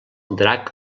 drac